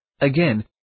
Again